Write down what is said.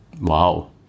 wow